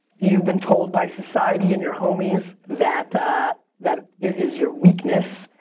you've been told by society and your homies that that it is your weakness,